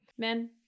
men